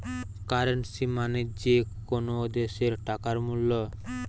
currency মানে যে কোনো দ্যাশের টাকার মূল্য